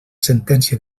sentència